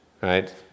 Right